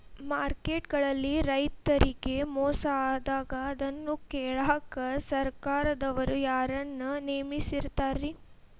Market ಗಳಲ್ಲಿ ರೈತರಿಗೆ ಮೋಸ ಆದಾಗ ಅದನ್ನ ಕೇಳಾಕ್ ಸರಕಾರದವರು ಯಾರನ್ನಾ ನೇಮಿಸಿರ್ತಾರಿ?